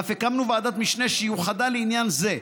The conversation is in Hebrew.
ואף הקמנו ועדת משנה שיוחדה לעניין זה,